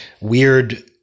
weird